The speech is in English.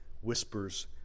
whispers